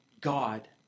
God